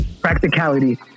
practicality